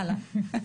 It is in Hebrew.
אהלן.